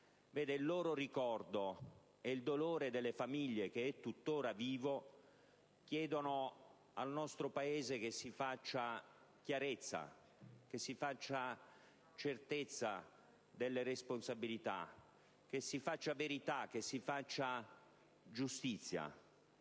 Il loro ricordo e il dolore delle famiglie, che è tuttora vivo, chiedono al nostro Paese che si faccia chiarezza, che vi sia certezza delle responsabilità, che si arrivi alla verità e si faccia giustizia.